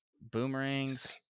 boomerangs